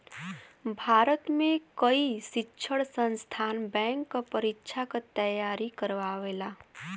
भारत में कई शिक्षण संस्थान बैंक क परीक्षा क तेयारी करावल